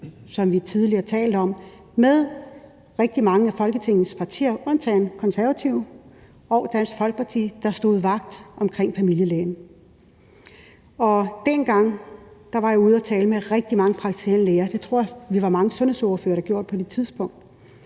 lovindgreb sammen med rigtig mange af Folketingets partier – undtagen Konservative og Dansk Folkeparti, der stod vagt omkring familielægen. Dengang var jeg ude at tale med rigtig mange praktiserende læger. Det tror jeg vi var mange sundhedsordførere der gjorde på det tidspunkt.